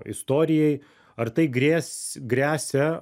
istorijai ar tai grės gresia